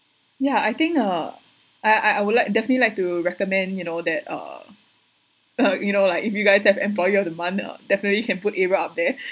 ya I think uh I I I would like definitely like to recommend you know that uh uh you know like if you guys have employee of the month uh definitely can put ariel up there